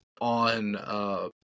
on –